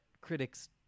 critics